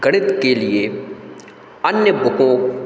गणित के लिए अन्य बुकों